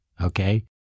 okay